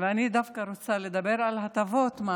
ואני דווקא רוצה לדבר על הטבות מס